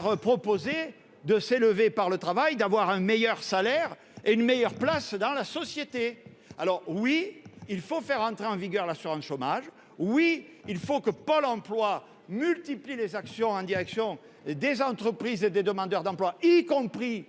concitoyens de s'élever par le travail, d'obtenir un meilleur salaire et une meilleure place dans la société. Oui, il faut faire entrer en vigueur la réforme de l'assurance chômage. Oui, il faut que Pôle emploi multiplie les actions en direction des entreprises et des demandeurs d'emploi, y compris